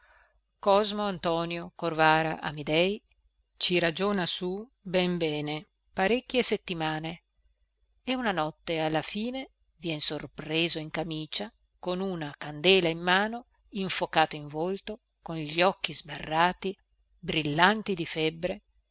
cosmo antonio corvara amidei ci ragiona su ben bene parecchie settimane e una notte alla fine vien sorpreso in camicia con una candela in mano infocato in volto con gli occhi sbarrati brillanti di febbre